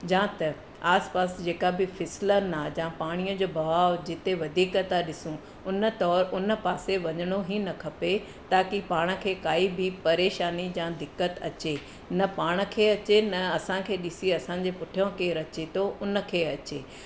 या त आसपासि जेका बि फ़िसलन आहे या पाणीअ जो बहाव जिते वधीक था ॾिसूं उन तौरु उन पासे वञिणो ई न खपे ताकी पाण खे काई बि परेशानी या दिक़त अचे न पाण खे अचे न असांखे ॾिसी असांजे पुठियां केरु अचे थो उनखे अचे